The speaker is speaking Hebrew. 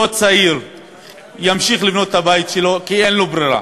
אותו צעיר ימשיך לבנות את הבית שלו כי אין לו ברירה.